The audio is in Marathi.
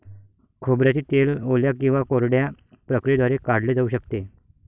खोबऱ्याचे तेल ओल्या किंवा कोरड्या प्रक्रियेद्वारे काढले जाऊ शकते